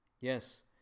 Yes